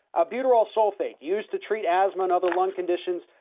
albuterol sulfate, used to treat asthma and other lung conditions.